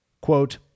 quote